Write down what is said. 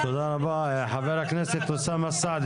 חבר הכנסת אוסאמה סעדי,